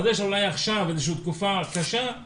יש לה אולי עכשיו איזושהי תקופה קשה אבל